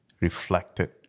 reflected